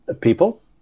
people